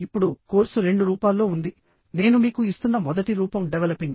ఇప్పుడు కోర్సు రెండు రూపాల్లో ఉంది నేను మీకు ఇస్తున్న మొదటి రూపం డెవలపింగ్